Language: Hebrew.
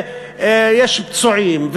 יש פצועים,